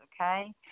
okay